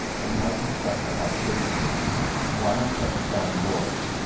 that we might construct our habitation there one i set to sawing boards,